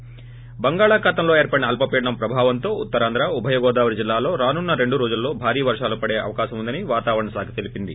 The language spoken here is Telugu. ి బంగాళాఖాతంలో ఏర్పడిన అల్సపీడనం ప్రభావం తో ఉత్తరాంధ్ర ఉభయ గోదావరి జిల్లాల్లో రానున్న రెండు రోజులలో భారీ వర్షాలు పడే అవకాశముందని వాతావరణ శాఖ తెలిపింది